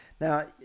Now